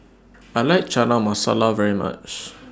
I like Chana Masala very much